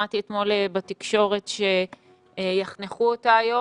ששמעתי אתמול בתקשורת שיחנכו אותה היום.